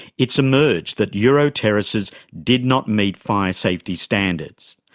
it's emerged that euro terraces did not meet fire safety standards.